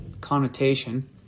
connotation